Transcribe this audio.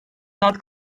saat